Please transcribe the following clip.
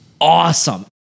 awesome